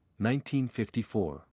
1954